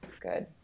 Good